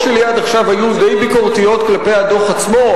אני אומר שהאמירות שלי עד עכשיו היו די ביקורתיות כלפי הדוח עצמו,